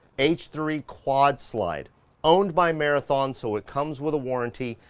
h three quad slide owned by marathon. so it comes with a warranty.